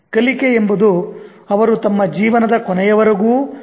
ಕಲಿಕೆ ಎಂಬುದು ಅವರು ತಮ್ಮ ಜೀವನದ ಕೊನೆಯವರೆಗೂ ಮುಂದುವರಿಸುವ ವಿಷಯ